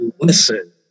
listen